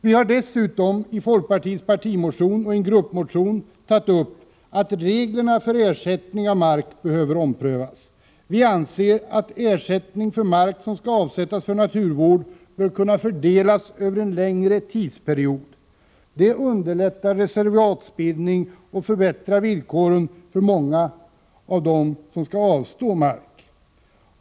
Vi har dessutom, i folkpartiets partimotion och i en gruppmotion, tagit upp att reglerna för ersättning för mark behöver omprövas. Vi anser att ersättning för mark som skall avsättas för naturvård bör kunna fördelas över en längre tidsperiod. Detta underlättar reservatsbildningen och förbättrar villkoren för många av dem som skall avstå mark.